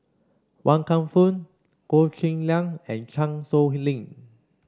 Wan Kam Fook Goh Cheng Liang and Chan Sow Lin